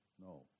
No